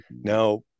Now